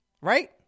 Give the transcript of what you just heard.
Right